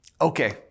Okay